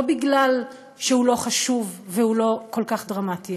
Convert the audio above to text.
לא בגלל שהוא לא חשוב והוא לא כל כך דרמטי,